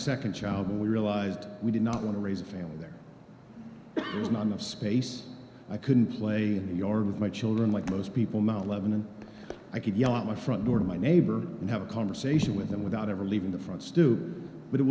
second child when we realized we did not want to raise a family there was none of space i couldn't play in the yard with my children like most people mount lebanon i could yell out my front door to my neighbor and have a conversation with them without ever leaving the front stoop but it